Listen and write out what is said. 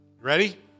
Ready